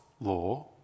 law